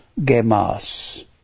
gemas